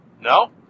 No